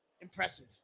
impressive